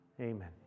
Amen